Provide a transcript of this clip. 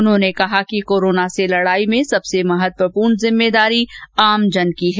उन्होंने कहा कि कोरोना से लड़ाई में सबसे महत्वपूर्ण जिम्मेदारी आमजन की है